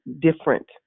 different